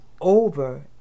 over